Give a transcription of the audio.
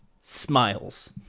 smiles